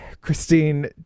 Christine